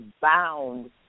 bound